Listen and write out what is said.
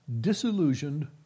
disillusioned